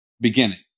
beginning